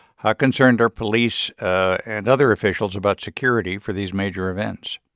how concerned are police and other officials about security for these major events?